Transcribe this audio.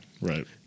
Right